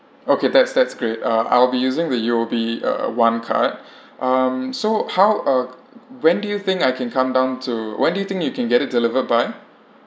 okay that's that's great uh I'll be using the U_O_B uh one card um so how uh when do you think I can come down to when do you think you can get it delivered by